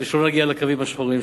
כדי שלא נגיע לקווים השחורים,